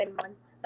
months